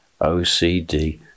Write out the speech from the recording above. OCD